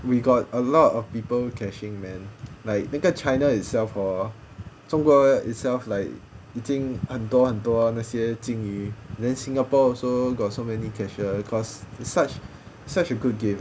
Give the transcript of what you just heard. we got a lot of people cashing man like 那个 china itself or 中国人 itself like 已经很多很多那些金鱼 then singapore also got so many casher cause such such a good game